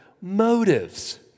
motives